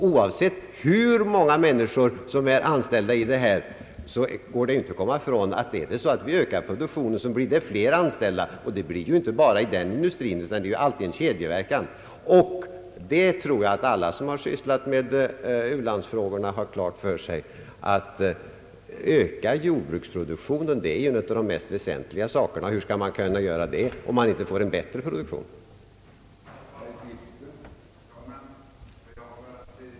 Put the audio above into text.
Oavsett hur många människor som är anställda inom denna industri i Sverige, kan man inte komma ifrån att om vi ökar produktionen blir det fler som får arbete. Så blir det inte bara inom den industrin, utan det blir en kedjeverkan. Jag tror att alla som sysslar med u-landsfrågorna har klart för sig att en av de mest väsentliga sakerna är att öka jordbruksproduktionen. Hur skall man kunna göra det, om man inte får en bättre produktion?